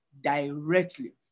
directly